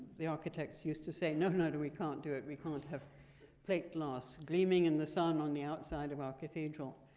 the architects used to say, no, no. we can't do it. we can't have plate glass gleaming in the sun on the outside of our cathedral.